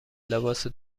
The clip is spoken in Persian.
لباسو